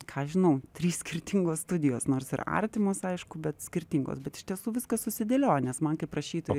ką aš žinau trys skirtingos studijos nors ir artimos aišku bet skirtingos bet iš tiesų viskas susidėliojo nes man kaip rašytojui